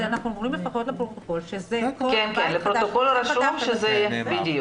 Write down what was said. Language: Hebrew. אנחנו אומרים לפחות לפרוטוקול שזה בבית חדש.